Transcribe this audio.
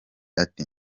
ati